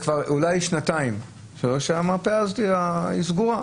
אולי כבר שנתיים שהמרפאה סגורה.